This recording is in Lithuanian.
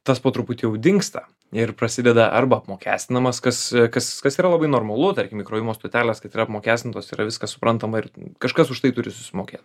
tas po truputį jau dingsta ir prasideda arba apmokestinamas kas kas kas yra labai normalu tarkim įkrovimo stotelės kad yra apmokestintos yra viskas suprantama ir kažkas už tai turi susimokėt